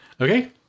Okay